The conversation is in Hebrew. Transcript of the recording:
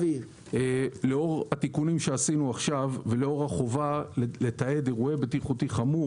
לאור התיקונים שעשינו עכשיו ולאור החובה לתעד אירוע בטיחותי חמור,